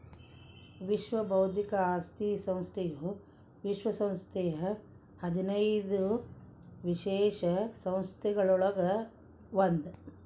ವಿಶ್ವ ಬೌದ್ಧಿಕ ಆಸ್ತಿ ಸಂಸ್ಥೆಯು ವಿಶ್ವ ಸಂಸ್ಥೆಯ ಹದಿನೈದು ವಿಶೇಷ ಸಂಸ್ಥೆಗಳೊಳಗ ಒಂದ್